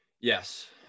Yes